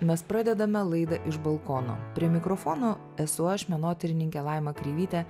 mes pradedame laidą iš balkono prie mikrofono esu aš menotyrininkė laima kreivytė